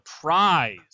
prize